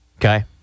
Okay